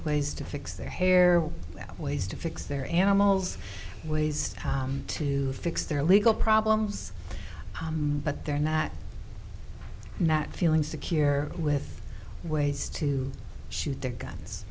ways to fix their hair that ways to fix their animals ways to fix their legal problems but they're not not feeling secure with ways to shoot their guns